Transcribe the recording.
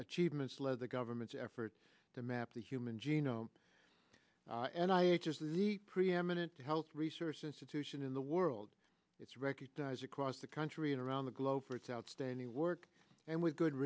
achievements led the government's effort to map the human genome and i preeminent health research institution in the world it's recognize across the country and around the globe for its outstanding work and with good